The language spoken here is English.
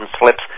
slips